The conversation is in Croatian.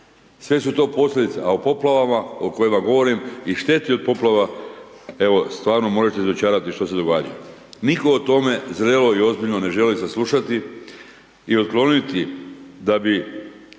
sve su to posljedice, a o poplavama o kojima govorim i šteti od poplava, evo, stvarno možete dočarati što se događa. Nitko o tome zrelo i ozbiljno ne želi saslušati i otkloniti. Da bi